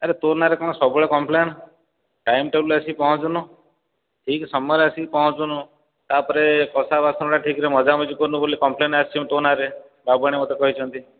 ଆରେ ତୋ ନାଁରେ କ'ଣ ସବୁବେଳେ କମ୍ପ୍ଲେନ୍ ଟାଇମ୍ ଟେବୁଲ୍ ଆସିକି ପହଞ୍ଚୁନୁ ଠିକ୍ ସମୟରେ ଆସିକି ପହଞ୍ଚୁନୁ ତା'ପରେ କଂସାବାସନଗୁଡା ଠିକ୍ରେ ମଜାମଜି କରୁନୁ ବୋଲି କମ୍ପ୍ଲେନ୍ ଆସିଛି ତୋ ନାଁରେ ବାବୁଆଣୀ ମୋତେ କହିଛନ୍ତି